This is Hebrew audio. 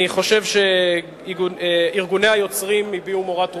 אני חושב שארגוני היוצרים הביעו מורת רוח,